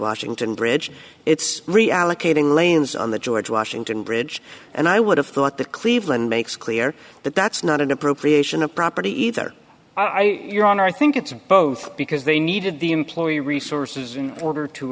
washington bridge it's reallocating lanes on the george washington bridge and i would have thought the cleveland makes clear that that's not an appropriation of property either i think your honor i think it's both because they needed the employee resources in order to